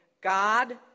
God